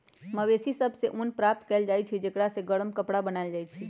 मवेशि सभ से ऊन प्राप्त कएल जाइ छइ जेकरा से गरम कपरा बनाएल जाइ छइ